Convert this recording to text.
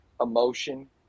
emotion